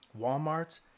Walmarts